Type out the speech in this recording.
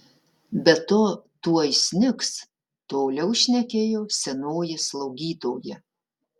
be to tuoj snigs toliau šnekėjo senoji slaugytoja